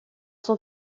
son